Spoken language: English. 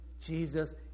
Jesus